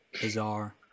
bizarre